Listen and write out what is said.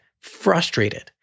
frustrated